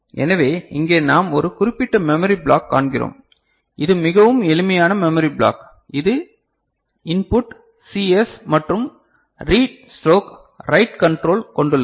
எனவே இங்கே நாம் ஒரு குறிப்பிட்ட மெமரி பிளாக் காண்கிறோம் இது மிகவும் எளிமையான மெமரி பிளாக் இது இன்புட் சிஎஸ் மற்றும் ரீட் ஸ்ட்ரோக் ரைட் கன்ட்ரோல் கொண்டுள்ளது